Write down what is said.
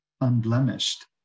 unblemished